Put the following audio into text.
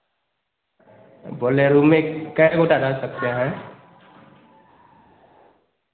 बोल रहे हैं रूम में कै गोटा का रह सकते हैं